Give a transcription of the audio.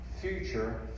Future